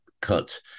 cut